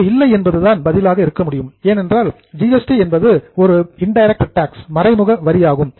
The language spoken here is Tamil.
அதற்கு இல்லை என்பதுதான் பதிலாக இருக்க முடியும் ஏனென்றால் ஜிஎஸ்டி என்பது ஒரு இண்டைரக்ட் டாக்ஸ் மறைமுக வரி ஆகும்